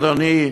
אדוני השר,